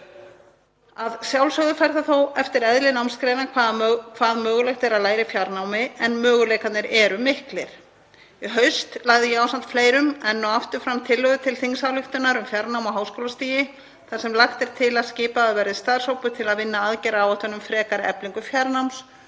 Að sjálfsögðu fer þó eftir eðli námsgreina hvað mögulegt er að læra í fjarnámi en möguleikarnir eru miklir. Í haust lagði ég ásamt fleirum, enn og aftur fram tillögu til þingsályktunar um fjarnám á háskólastigi þar sem lagt er til að skipaður verði starfshópur til að vinna aðgerðaáætlun um frekari eflingu fjarnáms